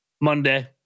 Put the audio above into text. Monday